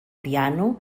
piano